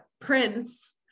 prince